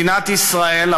מדינת ישראל,